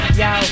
yo